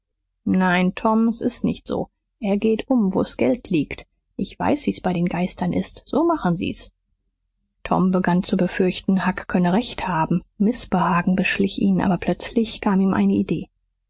nein tom s ist nicht so er geht um wo s geld liegt ich weiß wie's bei den geistern ist so machen sie's tom begann zu befürchten huck könne recht haben mißbehagen beschlich ihn aber plötzlich kam ihm eine idee